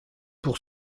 pour